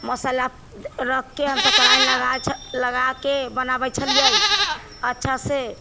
मसाला रखके हमसभ कड़ाही लगाइ छ लगाके बनाबैत छलियै अच्छासँ